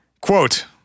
Quote